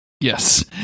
Yes